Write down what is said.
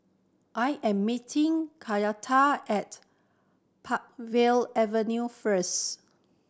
I am meeting Kenyatta at Peakville Avenue first